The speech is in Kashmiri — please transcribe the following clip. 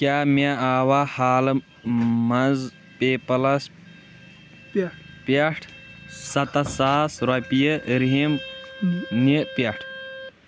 کیٛاہ مےٚ آوا حالہٕ منٛز پے پَلس پٮ۪ٹھ سَتتھ ساس رۄپیہِ رٔحیٖم نہِ پٮ۪ٹھٕ